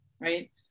right